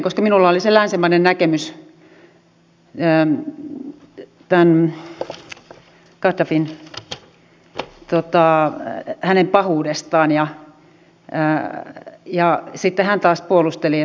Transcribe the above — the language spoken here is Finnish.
tämä on ollut budjetissa työ ja elinkeinoministeriön tavoitteena mahdollistaa uusien alojen ja vihreän talouden kehittyminen suomessa vientituotteeksi